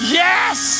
yes